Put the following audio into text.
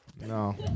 No